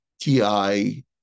TI